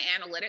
analytics